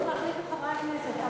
צריך להחליף את חברי הכנסת.